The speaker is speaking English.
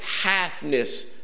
halfness